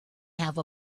have